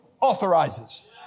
authorizes